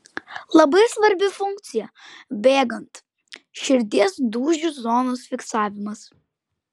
labai svarbi funkcija bėgant širdies dūžių zonos fiksavimas